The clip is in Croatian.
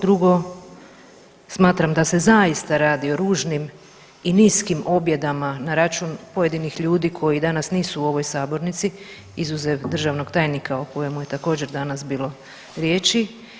Drugo, smatram da se zaista radi o ružnim i niskim objedama na račun pojedinih ljudi koji danas nisu u ovoj sabornici izuzev državnog tajnika o kojemu je također danas bilo riječi.